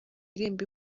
irembo